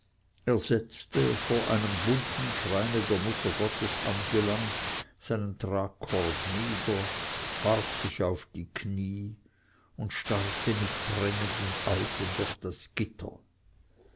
setzte vor einem bunten schreine der muttergottes angelangt seinen tragkorb nieder warf sich auf die kniee und starrte mit brennenden augen durch das gitter